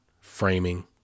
framing